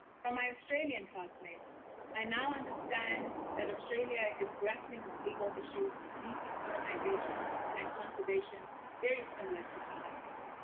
from my australian classmates i now understand that australia is grappling with legal issues of decolonization and conservation very similar to south africa,